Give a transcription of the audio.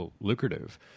lucrative